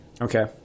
okay